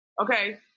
Okay